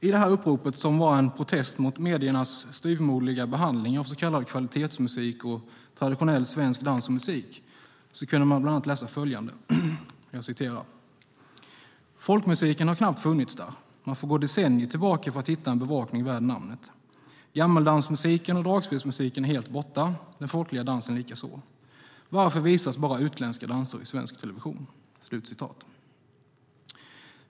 I detta upprop som var en protest mot mediernas styvmoderliga behandling av så kallad kvalitetsmusik och traditionell svensk dans och musik kunde man läsa bland annat följande: "Folkmusiken har knappt funnits där. Man får gå decennier tillbaka för att finna en bevakning värd namnet. Gammeldansmusiken och dragspelsmusiken är helt borta. Den folkliga dansen likaså. Varför visas bara utländska danser i svensk television?"